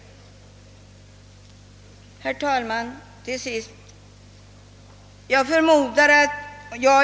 Herr talman!